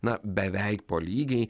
na beveik po lygiai